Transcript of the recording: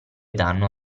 danno